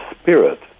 spirit